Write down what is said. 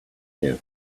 here